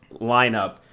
lineup